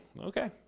Okay